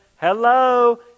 hello